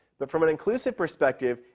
but from an inclusive perspective,